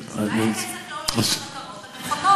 אז אולי הכסף לא הולך למטרות הנכונות.